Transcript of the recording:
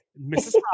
Mrs